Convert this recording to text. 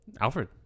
alfred